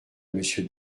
monsieur